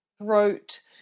throat